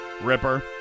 Ripper